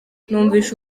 numvise